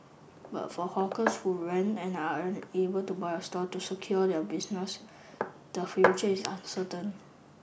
but for hawkers who rent and are unable to buy a stall to secure their business the future is uncertain